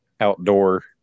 outdoor